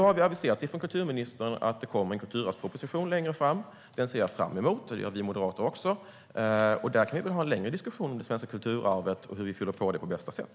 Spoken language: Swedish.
Nu har det aviserats från kulturministern att det kommer en kulturarvsproposition längre fram. Den ser jag och vi i Moderaterna fram emot. När den kommer kan vi ha en längre diskussion om det svenska kulturarvet och hur vi fyller på det på bästa sätt.